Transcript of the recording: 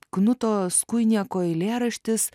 knuto skuinieko eilėraštis